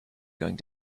going